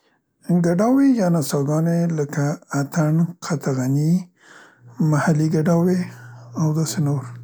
ګډاوې یا نڅاګانې لکه اتڼ، قطغني، محلي ګډاوې او داسې نور.